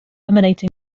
emanating